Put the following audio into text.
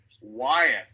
Wyatt